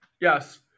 Yes